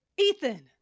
Ethan